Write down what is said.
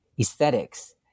aesthetics